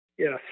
Yes